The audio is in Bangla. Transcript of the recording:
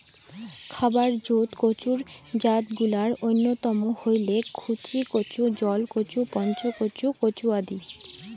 খাবার জুত কচুর জাতগুলার অইন্যতম হইলেক মুখীকচু, জলকচু, পঞ্চমুখী কচু আদি